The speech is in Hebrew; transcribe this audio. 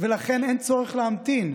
ולכן אין צורך להמתין",